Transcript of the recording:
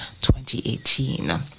2018